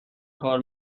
کار